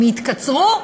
הם יתקצרו?